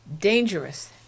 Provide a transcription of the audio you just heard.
dangerous